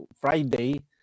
Friday